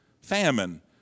famine